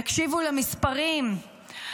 תקשיבו למספרים,